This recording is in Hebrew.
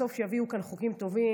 בסוף כשיביאו לכאן חוקים טובים,